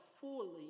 fully